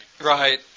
Right